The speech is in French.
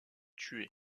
tuer